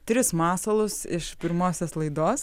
tris masalus iš pirmosios laidos